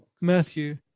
Matthew